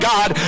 God